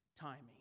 timing